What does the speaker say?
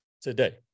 today